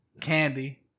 Candy